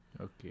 Okay